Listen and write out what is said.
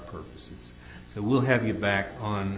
purposes so we'll have you back on